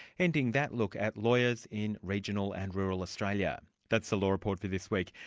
ending that look at lawyers in regional and rural australia. that's the law report for this week.